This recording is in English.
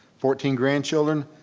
fourteen grandchildren,